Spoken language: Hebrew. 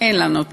אין לנו תקציב,